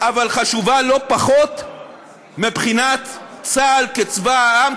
אבל חשובה לא פחות מבחינת צה"ל כצבא העם,